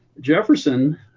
Jefferson